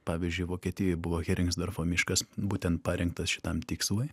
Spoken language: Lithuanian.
pavyzdžiui vokietijoj buvo heringsdorfo miškas būtent parinktas šitam tikslui